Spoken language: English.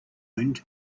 owned